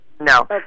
No